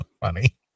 funny